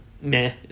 meh